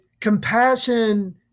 compassion